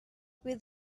with